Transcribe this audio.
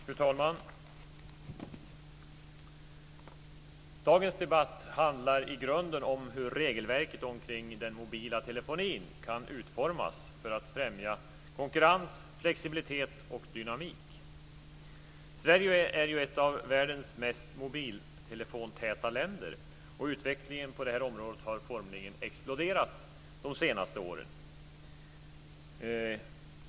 Fru talman! Dagens debatt handlar i grunden om hur regelverket omkring den mobila telefonin kan utformas för att främja konkurrens, flexibilitet och dynamik. Sverige är ju ett av världens mest mobiltelefontäta länder, och utvecklingen på det här området har formligen exploderat de senaste åren.